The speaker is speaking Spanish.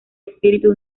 espíritu